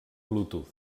bluetooth